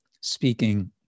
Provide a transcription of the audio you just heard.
speaking